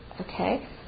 Okay